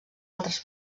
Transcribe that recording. altres